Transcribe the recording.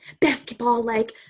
basketball-like